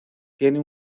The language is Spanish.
tiene